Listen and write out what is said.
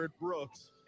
Brooks